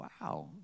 wow